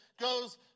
goes